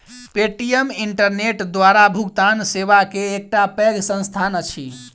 Paytm internet द्वारा भुगतान सेवा के एकटा पैघ संस्थान अछि